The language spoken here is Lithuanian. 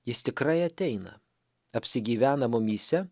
jis tikrai ateina apsigyvena mumyse